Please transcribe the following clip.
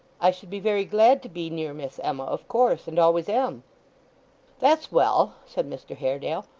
i should be very glad to be near miss emma of course, and always am that's well said mr haredale.